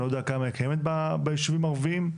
אני לא יודע כמה היא קיימת בישובים הערבים.